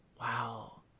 wow